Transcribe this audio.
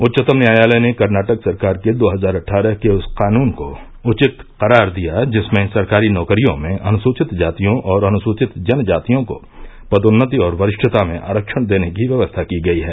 उच्चतम न्यायालय ने कर्नाटक सरकार के दो हजार अट्ठारह के उस कानून को उचित करार दिया जिसमें सरकारी नौकरियों में अनुसूचित जातियों और अनुसूचित जनजातियों को पदोन्नति और वरिष्ठता में आरक्षण देने की व्यवस्था की गई है